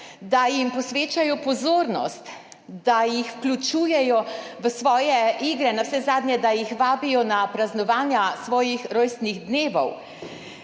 da jim posvečajo pozornost, da jih vključujejo v svoje igre, navsezadnje da jih vabijo na praznovanja svojih rojstnih dni.